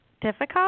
Difficult